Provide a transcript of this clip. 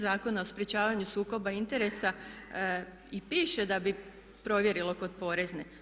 Zakona o sprječavanju sukoba interesa i piše da bi provjerilo kod Porezne.